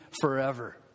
forever